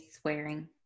swearing